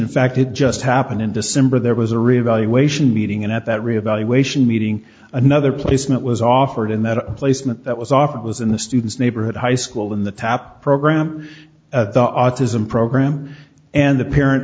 in fact it just happened in december there was a reevaluation meeting and at that reevaluation meeting another placement was offered and that placement that was offered was in the student's neighborhood high school in the top program autism program and the parent